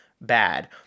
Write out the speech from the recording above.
bad